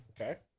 Okay